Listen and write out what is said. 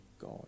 God